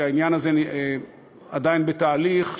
שהעניין הזה עדיין בתהליך,